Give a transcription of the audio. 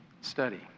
study